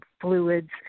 fluids –